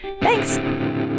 Thanks